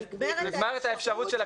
נגמרת האפשרות של